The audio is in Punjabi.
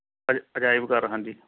ਅਜ ਅਜਾਇਬ ਘਰ ਹਾਂਜੀ